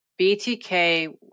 BTK